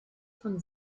von